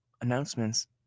announcements